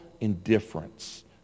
indifference